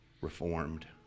reformed